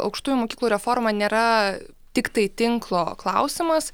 aukštųjų mokyklų reforma nėra tiktai tinklo klausimas